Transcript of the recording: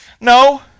No